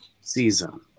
season